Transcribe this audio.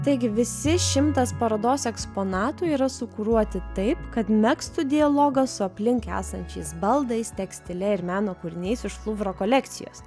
taigi visi šimtas parodos eksponatų yra sukuruoti taip kad megztų dialogą su aplink esančiais baldais tekstile ir meno kūriniais iš luvro kolekcijos